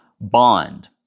bond